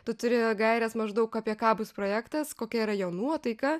tu turi gaires maždaug apie ką bus projektas kokia yra jo nuotaika